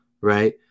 right